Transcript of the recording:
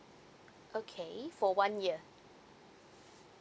okay for one year